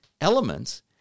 elements